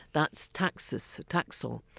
that's taxus, taxol.